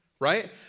Right